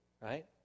right